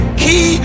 key